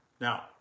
Now